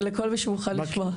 לכל מי שמוכן לשמוע.